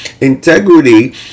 Integrity